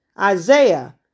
Isaiah